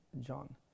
John